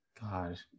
god